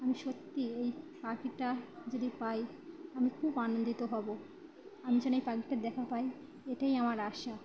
আমি সত্যি এই পাখিটা যদি পাই আমি খুব আনন্দিত হব আমি যেন এই পাখিটার দেখা পাই এটাই আমার আশা